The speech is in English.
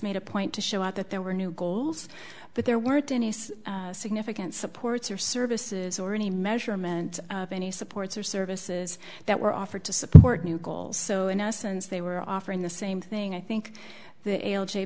made a point to show out that there were new goals but there weren't any significant supports or services or any measurement of any supports or services that were offered to support new goals so in essence they were offering the same thing i think the l j